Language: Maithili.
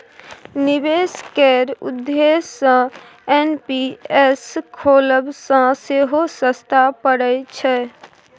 निबेश केर उद्देश्य सँ एन.पी.एस खोलब सँ सेहो सस्ता परय छै